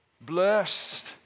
Blessed